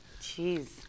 Jeez